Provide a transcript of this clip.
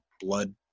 blood